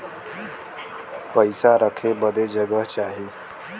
पइसा रखे बदे जगह चाही